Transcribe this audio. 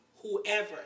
whoever